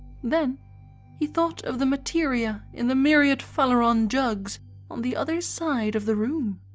then he thought of the materia in the myriad phaleron jugs on the other side of the room.